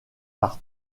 par